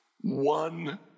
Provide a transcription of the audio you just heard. one